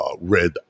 Red